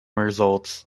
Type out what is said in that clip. results